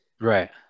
right